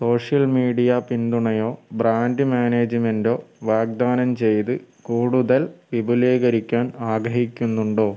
social media പിന്തുണയോ brand മാനേജ്മെൻറ്റോ വാഗ്ദാനം ചെയ്ത് കൂടുതൽ വിപുലീകരിക്കാൻ ആഗ്രഹിക്കുന്നുണ്ടോ